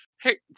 hey